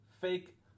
fake